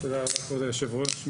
(הצגת מצגת) תודה רבה כבוד יושב הראש.